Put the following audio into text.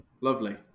Lovely